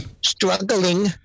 struggling